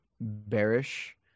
bearish